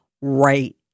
right